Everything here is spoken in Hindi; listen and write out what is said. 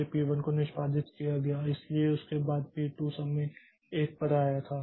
इसलिए पी 1 को निष्पादित किया गया इसलिए उसके बाद पी 2 समय 1 पर आया था